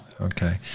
Okay